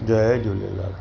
Jay Jhulelal